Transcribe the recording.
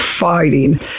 fighting